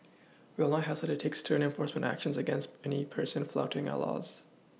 we will not hesitate to take stern enforcement actions against any person flouting our laws